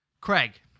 Craig